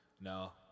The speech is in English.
No